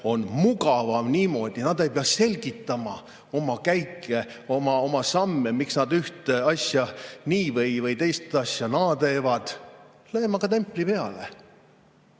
mugavam. Nad ei pea selgitama oma käike, oma samme, miks nad üht asja nii või teist asja naa teevad. Lööme aga templi peale.